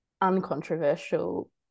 uncontroversial